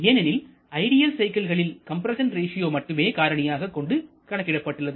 ஏனெனில் ஐடியல் சைக்கிள்களில் compression ratio மட்டுமே காரணியாக கொண்டு கணக்கிடப்படுகிறது